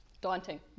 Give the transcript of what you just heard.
daunting